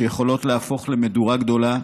ויכולים להפוך למדורה גדולה,